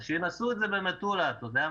אז שינסו את זה במטולה אתה יודע,